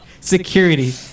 security